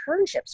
internships